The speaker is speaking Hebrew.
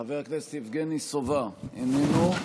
חבר הכנסת יבגני סובה, איננו.